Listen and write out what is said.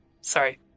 sorry